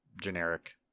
generic